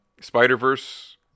Spider-Verse